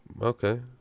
Okay